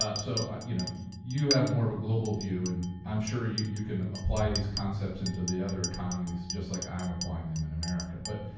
ah so ah you know you have more of a global view, and i'm sure you you can apply these concepts into the other economies just like i'm applying them in america. but